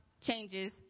changes